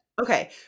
Okay